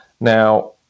Now